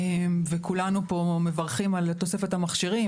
וכולנו פה מברכים על תוספת המכשירים